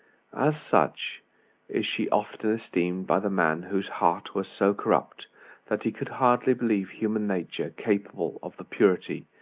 as such is she often esteemed by the man whose heart was so corrupt that he could hardly believe human nature capable of the purity,